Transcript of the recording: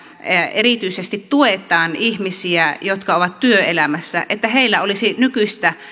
erityisesti tuetaan ihmisiä jotka ovat työelämässä että heillä olisi nykyistä